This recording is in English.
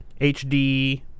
HD